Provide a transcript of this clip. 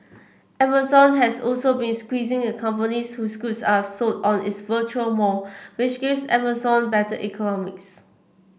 Amazon has also been squeezing the companies whose goods are sold on its virtual mall which gives Amazon better economics